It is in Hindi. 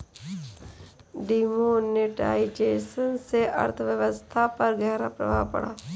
डिमोनेटाइजेशन से अर्थव्यवस्था पर ग़हरा प्रभाव पड़ा